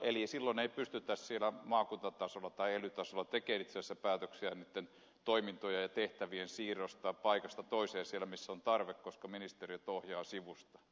eli silloin ei pystytä siellä maakuntatasolla tai ely tasolla tekemään itse asiassa päätöksiä niitten toimintojen ja tehtävien siirrosta paikasta toiseen siellä missä on tarve koska ministeriöt ohjaavat sivusta